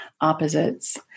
opposites